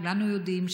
כולנו יודעים,